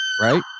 Right